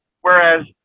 Whereas